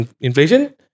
Inflation